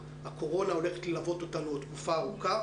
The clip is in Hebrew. לחברים ששומעים אותנו כאן,